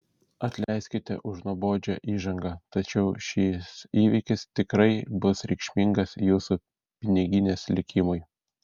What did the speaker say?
atleiskite už nuobodžią įžangą tačiau šis įvykis tikrai bus reikšmingas jūsų piniginės likimui